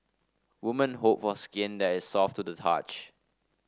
women hope for skin that is soft to the touch